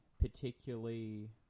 particularly